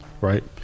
Right